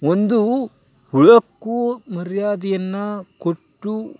ಒಂದು ಹುಳಕ್ಕೂ ಮರ್ಯಾದೆಯನ್ನು ಕೊಟ್ಟು